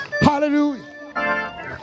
hallelujah